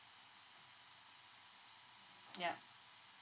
yup